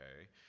okay